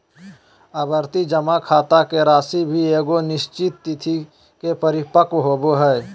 आवर्ती जमा खाता के राशि भी एगो निश्चित तिथि के परिपक्व होबो हइ